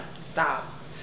Stop